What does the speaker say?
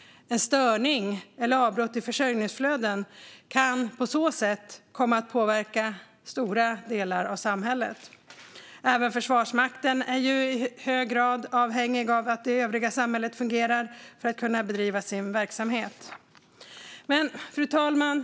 En störning eller ett avbrott i försörjningsflödet kan på så sätt komma att påverka stora delar av samhället. Även Försvarsmakten är i hög grad avhängig av att det övriga samhället fungerar för att kunna bedriva sin verksamhet. Fru talman!